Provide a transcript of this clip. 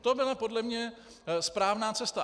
To byla podle mě správná cesta.